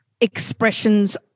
expressions